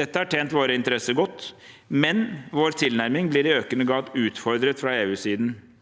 Dette har tjent våre interesser godt, men vår tilnærming blir i økende grad utfordret fra EU-siden,